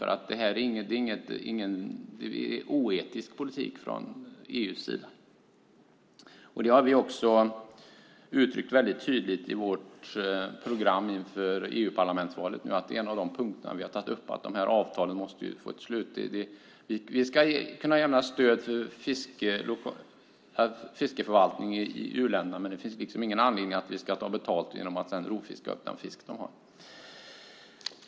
Detta är oetisk politik från EU:s sida, och det har vi också uttryckt tydligt i vårt program inför EU-parlamentsvalet. En av de punkter vi har tagit upp är att de här avtalen måste få ett slut. Vi ska kunna lämna stöd för fiskeförvaltning i u-länderna, men det finns ingen anledning att sedan ta betalt genom rovfiske på den fisk de har.